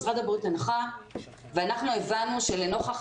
משרד הבריאות הנחה ואנחנו הבנו שלנוכח